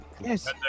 Yes